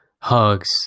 hugs